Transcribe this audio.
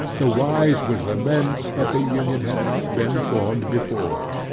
the wise would lament, that the union had not been formed before.